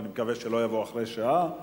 ואני מקווה שלא יבוא אחרי שעה,